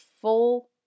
full